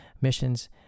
missions